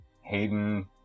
Hayden